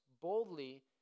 boldly